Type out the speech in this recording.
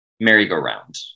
Merry-Go-Round